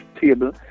table